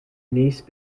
niece